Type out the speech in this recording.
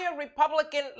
Republican